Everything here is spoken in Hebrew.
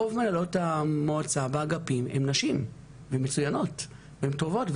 רוב מנהלות המועצה באגפים הן נשים והן מצוינות והן טובות.